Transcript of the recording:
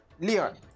leon